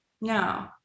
no